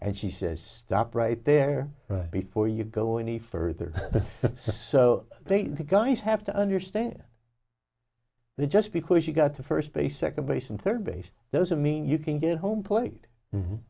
and she says stop right there right before you go any further says so they the guys have to understand the just because you got to first base second base and third base doesn't mean you can get home plate